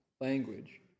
language